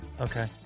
Okay